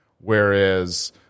Whereas